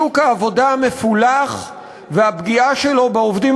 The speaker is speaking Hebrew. שוק העבודה המפולח והפגיעה שלו בעובדים